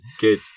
good